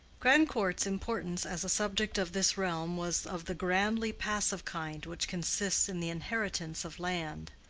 grandcourt's importance as a subject of this realm was of the grandly passive kind which consists in the inheritance of land.